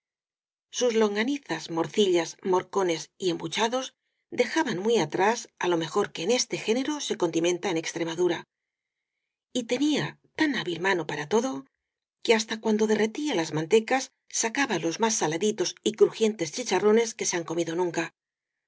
sus longanizas morcillas morcones y embuchados de jaban muy atrás á lo mejor que en este género se condimenta en extremadura y tenía tan hábil mano para todo que hasta cuando derretía las man tecas sacaba los más saladitos y crujientes chicharrones que se han comido nunca